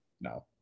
No